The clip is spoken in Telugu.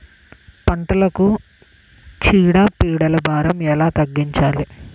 పంటలకు చీడ పీడల భారం ఎలా తగ్గించాలి?